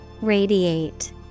radiate